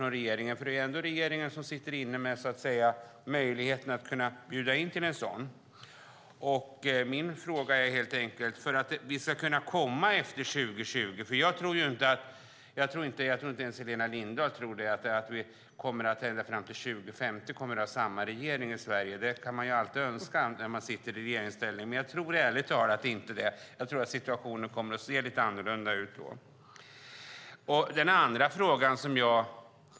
Det är ändå regeringen som sitter inne med möjligheten att bjuda in till en sådan överenskommelse. Jag tror inte att ens Helena Lindahl tror att vi kommer att ha samma regering i Sverige fram till 2050. Man kan alltid önska det när man sitter i regeringsställning, men jag tror ärligt talat att situationen kommer att se lite annorlunda ut då.